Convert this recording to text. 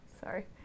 sorry